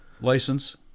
license